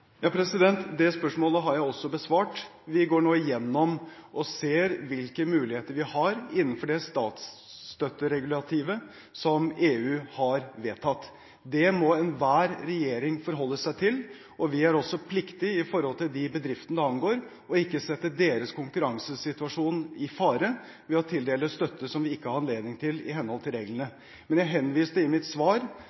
Det spørsmålet har jeg også besvart. Vi går nå gjennom og ser hvilke muligheter vi har innenfor det statsstøtteregulativet som EU har vedtatt. Det må enhver regjering forholde seg til, og vi er også pliktig overfor de bedriftene det angår, til ikke å sette deres konkurransesituasjon i fare ved å tildele støtte som vi ikke har anledning til i henhold til reglene.